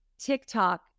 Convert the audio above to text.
TikTok